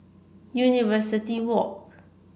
University Walk